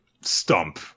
stump